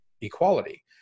equality